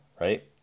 Right